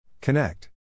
Connect